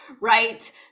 right